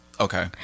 okay